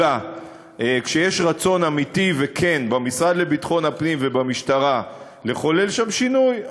כשיש רצון אמיתי וכן במשרד לביטחון הפנים ובמשטרה לחולל שם שינוי,